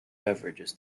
beverages